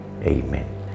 Amen